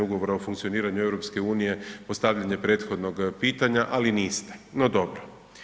Ugovora o funkcioniranju EU-a postavljanje prethodnog pitanja ali niste, no dobro.